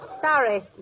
Sorry